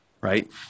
right